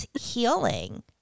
healing